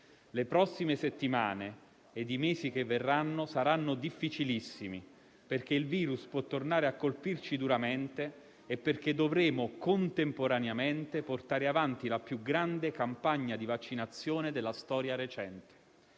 Le prossime settimane e i mesi che verranno saranno difficilissimi, perché il virus può tornare a colpirci duramente e perché dovremo contemporaneamente portare avanti la più grande campagna di vaccinazione della storia recente.